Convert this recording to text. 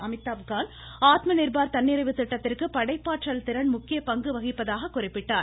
அமிதாப் கான் ஆத்ம நிர்பார் தன்னிறைவு திட்டத்திற்கு படைப்பாற்றல் திறன் முக்கிய பங்கு வகிப்பதாக குறிப்பிட்டார்